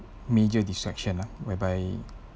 major distraction lah whereby